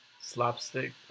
slapstick